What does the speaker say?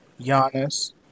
Giannis